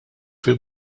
fil